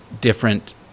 different